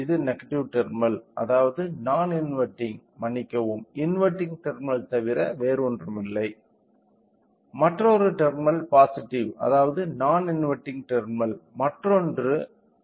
இது negative terminal அதாவது non inverting மன்னிக்கவும் இன்வெர்ட்டிங் டெர்மினல் தவிர வேறு எதுவுமில்லை மற்ற ஒரு டெர்மினல் பாசிட்டிவ் அதாவது நான் இன்வெர்ட்டிங் டெர்மினல் மற்றொன்று ஒரு அவுட்புட்